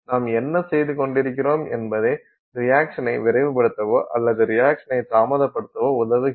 நாம் என்ன செய்து கொண்டிருக்கின்றோம் என்பதே ரியாக்சனை விரைவுபடுத்தவோ அல்லது ரியாக்சனை தாமதப்படுத்தவோ உதவுகிறது